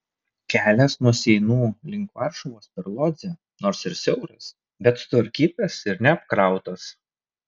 kelias nuo seinų link varšuvos per lodzę nors ir siauras bet sutvarkytas ir neapkrautas